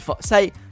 Say